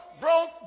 Broke